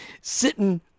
sitting